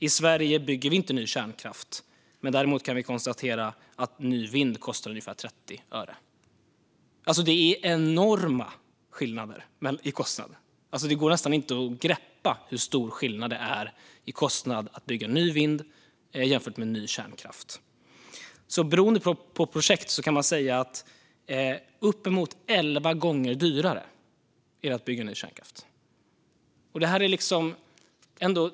I Sverige bygger vi inte nya kärnkraftverk. Men det kostar ungefär 30 öre per kilowattimme att bygga ett nytt vindkraftverk. Det är alltså enorma skillnader i kostnad. Det går nästan inte att greppa hur stor skillnad det är i kostnad för att bygga ett nytt vindkraftverk jämfört med ett nytt kärnkraftverk. Beroende på projekt kan man alltså säga att det är uppemot elva gånger dyrare att bygga ett nytt kärnkraftverk.